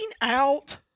out